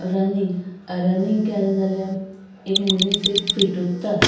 running running केलें जाल्यार एक मनीस एक फीट उत्ता